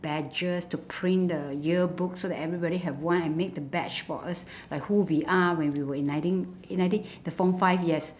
badges to print the yearbook so that everybody have one and make the badge for us like who we are when we were in nineteen in nineteen the form five yes